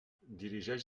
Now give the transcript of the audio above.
dirigeix